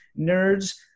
nerds